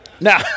now